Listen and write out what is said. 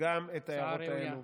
גם את ההערות האלה.